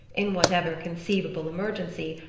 in whatever conceivable emergency,